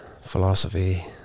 Philosophy